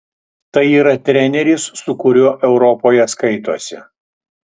tai yra treneris su kuriuo europoje skaitosi